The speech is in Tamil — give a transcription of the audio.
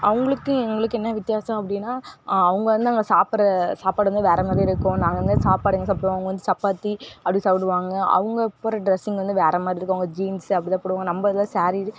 அவங்களுக்கு எங்களுக்கும் என்ன வித்தியாசம் அப்படின்னா அவங்க வந்து அங்கே சாப்பிடுற சாப்பாடு வந்து வேறு மாதிரிருக்கும் நாங்கள் வந்து சாப்பாடு வந்து சாப்பிடுவோம் அவங்க வந்து சப்பாத்தி அப்படி சாப்பிடுவாங்க அவங்க போடுகிற ட்ரெஸ்ஸுங்க வந்து வேறு மாதிரி இருக்கும் அவங்க ஜீன்ஸு அப்படிதான் போடுவாங்க நம்ம இதில் சாரீ